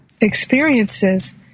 experiences